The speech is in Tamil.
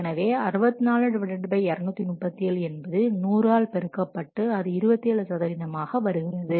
எனவே 64237 என்பது 100 ஆல் பெருக்கப்பட்டு அது 27 சதவீதமாக வருகிறது